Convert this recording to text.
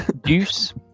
Deuce